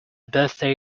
birthday